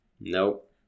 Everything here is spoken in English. Nope